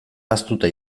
ahaztuta